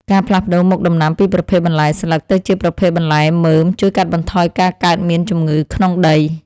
ការផ្លាស់ប្តូរមុខដំណាំពីប្រភេទបន្លែស្លឹកទៅជាប្រភេទបន្លែមើមជួយកាត់បន្ថយការកើតមានជំងឺក្នុងដី។